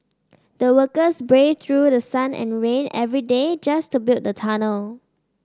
the workers braved through the sun and rain every day just to build the tunnel